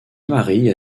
marie